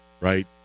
right